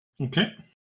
Okay